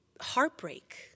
heartbreak